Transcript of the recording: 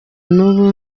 nubu